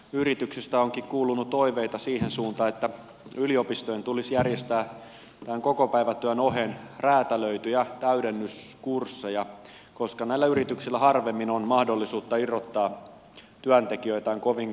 yrityksistä onkin kuulunut toiveita siihen suuntaan että yliopistojen tulisi järjestää kokopäivätyön oheen räätälöityjä täydennyskursseja koska näillä yrityksillä harvemmin on mahdollisuutta irrottaa työntekijöitään kovin pitkäksi aikaa koulun penkille